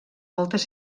moltes